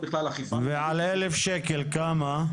בכלל אכיפה --- ועל 1,000 שקלים כמה?